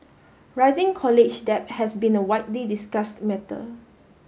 rising college debt has been a widely discussed matter